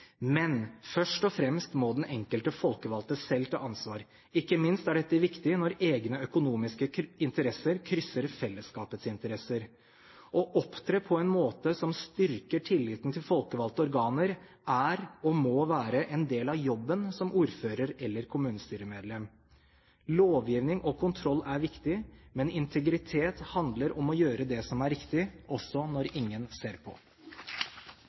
Men først og fremst må den enkelte folkevalgte selv ta ansvar. Ikke minst er dette viktig når egne økonomiske interesser krysser fellesskapets interesser. Å opptre på en måte som styrker tilliten til folkevalgte organer, er og må være en del av jobben som ordfører eller kommunestyremedlem. Lovgivning og kontroll er viktig. Men integritet handler om å gjøre det som er riktig – også når ingen ser på.